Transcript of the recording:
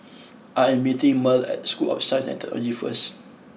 I am meeting Merl at School of Science and Technology first